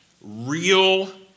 real